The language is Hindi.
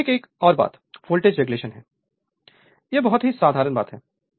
Refer Slide Time 2402 अब एक और बात वोल्टेज रेगुलेशन है यह बहुत ही साधारण बात है